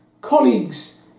colleagues